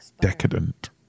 decadent